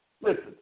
listen